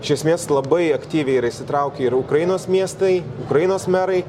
iš esmės labai aktyviai yra įsitraukę ir ukrainos miestai ukrainos merai